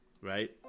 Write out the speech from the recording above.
right